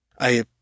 I